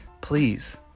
Please